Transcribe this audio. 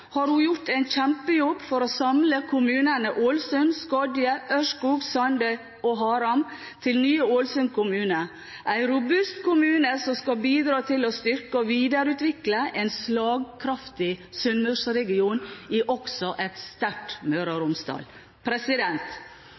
har hun gjort en kjempejobb for å samle kommunene Ålesund, Skodje, Ørskog, Sande og Haram til nye Ålesund kommune – en robust kommune som skal bidra til å styrke og videreutvikle en slagkraftig sunnmørsregion i et sterkt Møre og Romsdal.